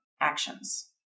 actions